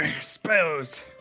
Spells